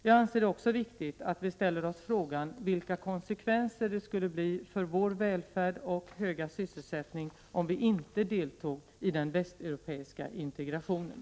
Jag anser det också viktigt att vi ställer oss frågan vilka konsekvenser det skulle bli för vår välfärd och höga sysselsättning om vi inte deltog i den västeuropeiska integrationen.